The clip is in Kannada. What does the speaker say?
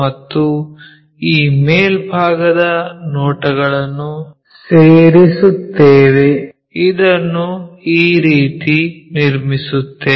ಮತ್ತು ಈ ಮೇಲ್ಭಾಗದ ನೋಟಗಳನ್ನು ಸೇರಿಸುತ್ತೇವೆ ಇದನ್ನು ಈ ರೀತಿ ನಿರ್ಮಿಸುತ್ತೇವೆ